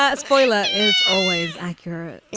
ah spoiler is always accurate